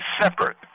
separate